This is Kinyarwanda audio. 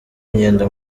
ingendo